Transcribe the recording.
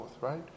right